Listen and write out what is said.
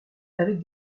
avec